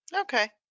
Okay